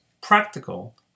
practical